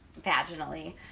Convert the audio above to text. vaginally